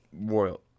royal